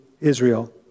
Israel